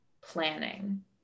planning